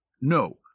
No